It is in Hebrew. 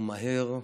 מהר,